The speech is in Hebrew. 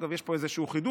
אגב, יש פה איזשהו חידוש,